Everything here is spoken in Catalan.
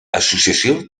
associació